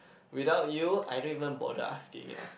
without you I don't even bother asking it